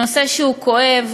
נושא שהוא כואב.